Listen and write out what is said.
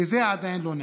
וזה עדיין לא נעשה.